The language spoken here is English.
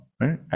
right